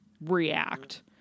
react